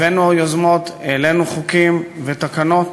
הבאנו יוזמות, העלינו חוקים ותקנות,